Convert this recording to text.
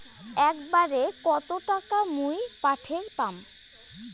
একবারে কত টাকা মুই পাঠের পাম?